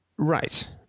Right